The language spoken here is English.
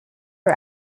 are